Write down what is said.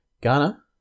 Ghana